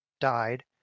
died